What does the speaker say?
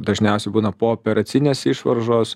dažniausiai būna pooperacinės išvaržos